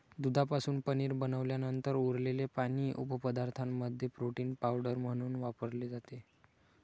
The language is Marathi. दुधापासून पनीर बनवल्यानंतर उरलेले पाणी उपपदार्थांमध्ये प्रोटीन पावडर म्हणून वापरले जाते